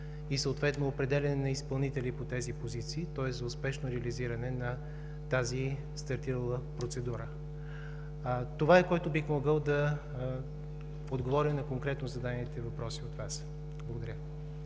и съответно определяне на изпълнители по тези позиции, тоест за успешно реализиране на тази стартирала процедура. Това е, което бих могъл да отговоря на конкретно зададените въпроси от Вас. Благодаря.